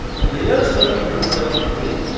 in the years seventy two seventy three,